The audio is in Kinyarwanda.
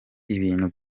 ibintu